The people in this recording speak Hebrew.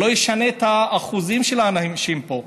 לא ישנה את האחוזים של אנשים פה.